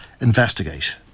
investigate